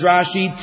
Rashi